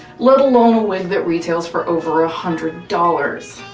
let alone one that retails for over a hundred dollars.